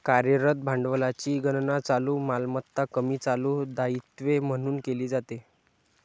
कार्यरत भांडवलाची गणना चालू मालमत्ता कमी चालू दायित्वे म्हणून केली जाते